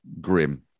grim